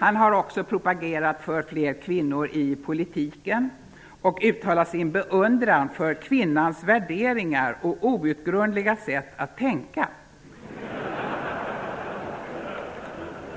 Han har också propagerat för fler kvinnor i politiken och uttalat sin beundran för kvinnans värderingar och outgrundliga sätt att tänka.